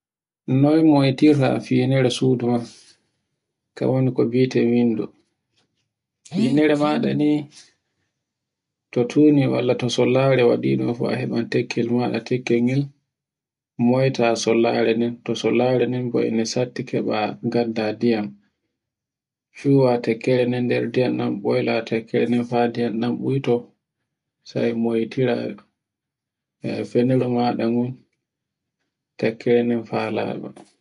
Noy moytirta finere sudu ma, kan woni ka bi'eten window. finere maɗa ni, to tuni walla to sollare, waɗuɗum fu a heɓan tekkel maɗa tekkel ngel, moyta sollare nden to sollare be eno setti keɓa, ngadda ndiyam, shiwa tekkere nden nder ndiyam, nden ɗan ɓoyla tekkere nden fa ndiyam ɗan ɓuyto sai moytira e finore maɗa ngon. tekkere nden haa laɓa.